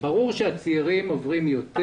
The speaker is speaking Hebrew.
ברור שהצעירים עוברים יותר